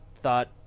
thought